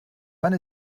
wann